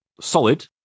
solid